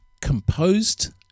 composed